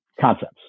concepts